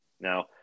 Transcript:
Now